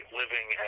living